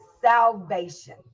Salvation